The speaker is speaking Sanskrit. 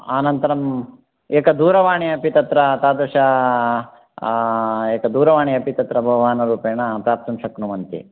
अनन्तरम् एक दूरवाणी अपि तत्र तादृश एतत् दूरवाणी अपि तत्र बहुमानरूपेण प्राप्तुं शक्नुवन्ति